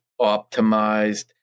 optimized